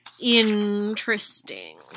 interesting